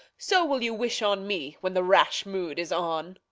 so will you wish on me when the rash mood is on.